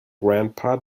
grandpa